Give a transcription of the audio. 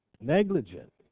negligent